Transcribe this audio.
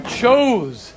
chose